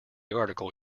article